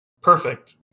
perfect